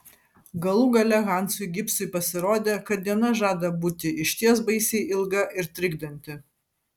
galų gale hansui gibsui pasirodė kad diena žada būti išties baisiai ilga ir trikdanti